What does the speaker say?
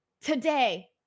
Today